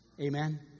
Amen